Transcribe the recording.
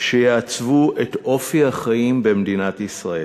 שיעצבו את אופי החיים במדינת ישראל.